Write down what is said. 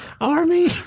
army